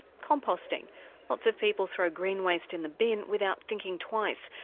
composting lots of people throw green waste in the bin without thinking twice,